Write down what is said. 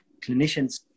clinicians